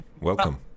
Welcome